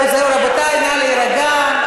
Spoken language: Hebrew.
רבותי, נא להירגע.